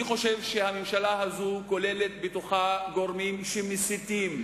אני חושב שהממשלה הזו כוללת בתוכה גורמים שמסיתים במפורש,